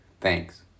Thanks